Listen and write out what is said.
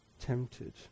tempted